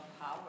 power